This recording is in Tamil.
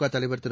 க தலைவர் திரு